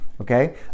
okay